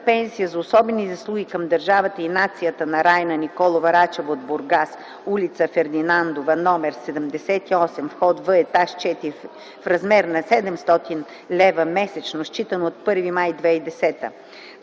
пенсия за особени заслуги към държавата и нацията на Райна Николова Рачева от Бургас, ул. „Фердинандова” № 78, вх. „В”, ет. 4, в размер на 700 лв. месечно, считано от 1 май 2010